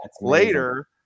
later